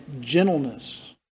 gentleness